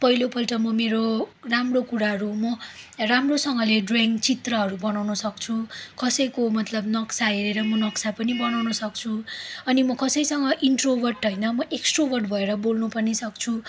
पहिलोपल्ट म मेरो राम्रो कुराहरू म राम्रोसँगले ड्रइङ चित्रहरू बनाउनसक्छु कसैको मतलब नक्सा हेरेर म नक्सा पनि बनाउन सक्छु अनि म कसैसँग इन्ट्रोभर्ट होइन म एक्सट्रोभर्ट भएर बोल्नु पनि सक्छु